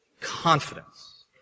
confidence